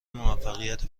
موفقیت